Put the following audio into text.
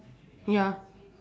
ya